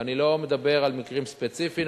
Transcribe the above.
ואני לא מדבר על מקרים ספציפיים,